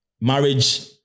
Marriage